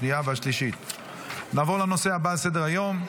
שישה מתנגדים.